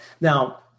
Now